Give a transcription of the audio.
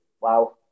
wow